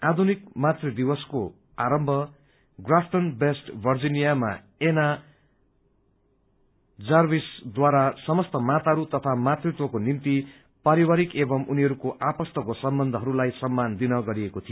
आधुनिक मातृ दिवसको आरम्भ ग्राफ्टन वेस्ट बर्जिनियामा एना जार्विसद्वारा समस्त माताहरू तथा मातृत्वको निम्ति पारिवारिक एवं उनीहरूको आपस्तको सम्बन्धहरूलाई सम्मान दिन गरिएको थियो